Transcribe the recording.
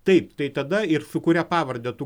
taip tai tada ir sukuria pavardę tu